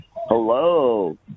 Hello